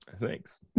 thanks